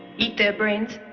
eat their brains?